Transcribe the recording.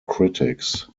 critics